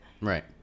right